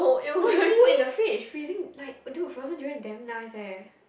no you should put in the fridge freezing like do a frozen durian damn nice eh